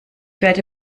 werde